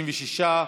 66,